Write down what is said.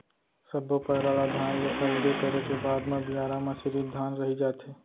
सब्बो पैरा ल धान ले अलगे करे के बाद म बियारा म सिरिफ धान रहि जाथे